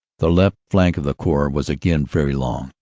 the left flank of the corps was again very long,